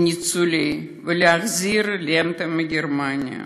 לניצולים, להחזיר את הרנטה מגרמניה,